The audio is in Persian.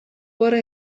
بار